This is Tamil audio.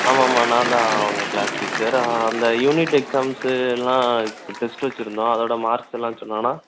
ஆமாம்மா நான் தான் அவங்க க்ளாஸ் டீச்சர் அந்த யூனிட் எக்ஸாம்ஸு எல்லாம் இப்போ டெஸ்ட்டு வச்சுருந்தோம் அதோட மார்க்ஸ் எல்லாம் சொன்னான்னா